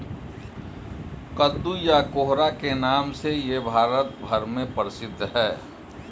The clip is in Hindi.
कद्दू या कोहड़ा के नाम से यह भारत भर में प्रसिद्ध है